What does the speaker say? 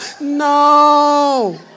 no